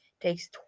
takes